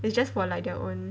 it's just for like their own